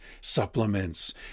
supplements